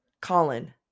Colin